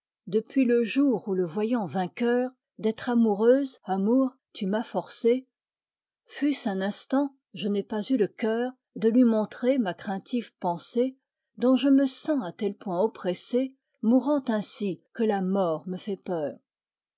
depuis le jour où le voyant vainqueur d'être amoureuse amour tu m'as forcée fût-ce un instant je n'ai pas eu le cœur de lui montrer ma craintive pensée dont je me sens à tel point oppressée mourant ainsi que la mort me fait peur